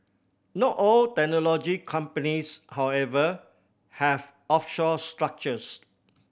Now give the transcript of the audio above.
not all technology companies however have offshore structures